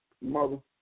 mother